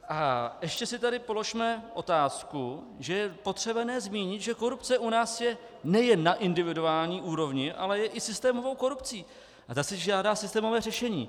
A ještě si tady položme otázku, že potřebujeme zmínit, že korupce u nás je nejen na individuální úrovni, ale je i systémovou korupcí a ta si žádá systémové řešení.